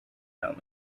young